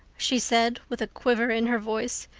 she said with a quiver in her voice.